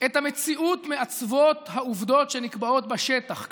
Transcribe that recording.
את המציאות מעצבות העובדות שנקבעות בשטח.